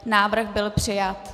Návrh byl přijat.